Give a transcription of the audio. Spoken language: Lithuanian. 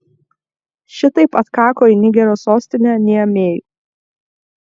šitaip atkako į nigerio sostinę niamėjų